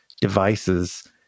devices